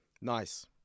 Nice